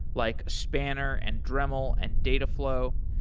like spanner and dremel and dataflow.